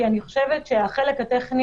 כי אני חושבת שהחלק הטכני